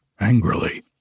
angrily